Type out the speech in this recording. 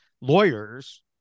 lawyers